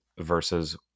versus